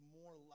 more